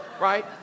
right